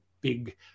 big